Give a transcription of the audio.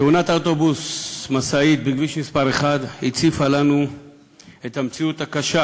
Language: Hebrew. תאונת האוטובוס משאית בכביש מס' 1 הציפה לנו את המציאות הקשה